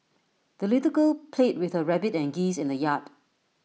the little girl played with her rabbit and geese in the yard